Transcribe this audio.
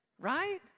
right